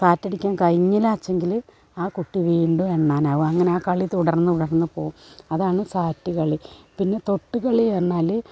സാറ്റടിക്കാൻ കഴിഞ്ഞില്ലാച്ചെങ്കിൽ ആ കുട്ടി വീണ്ടും എണ്ണാനാകും അങ്ങനെ ആ കളി തുടർന്നു തുടർന്നു പോകും അതാണ് സാറ്റ് കളി പിന്നെ തൊട്ടു കളി പറഞ്ഞാൽ